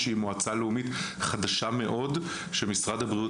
שהיא מועצה לאומית חדשה מאוד שמשרד הבריאות